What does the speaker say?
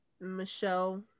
Michelle